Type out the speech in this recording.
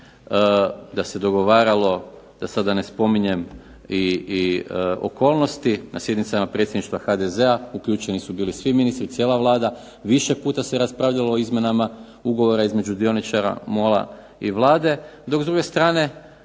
da se dogovaralo da sada ne spominjem i okolnosti na sjednicama Predsjedništva HDZ-a uključeni su bili svi ministri, cijela Vlada, više puta se raspravljalo o izmjenama Ugovora između dioničara MOL-a i Vlade, dok s druge strane